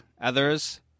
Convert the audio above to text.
others